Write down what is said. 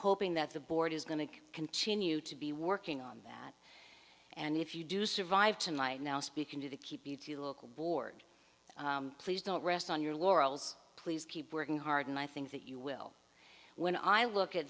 hoping that the board is going to continue to be working on that and if you do survive tonight now speaking to the key beauty local board please don't rest on your laurels please keep working hard and i think that you will when i look at